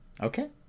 Okay